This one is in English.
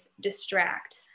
distract